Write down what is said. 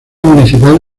municipal